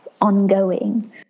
ongoing